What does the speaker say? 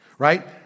right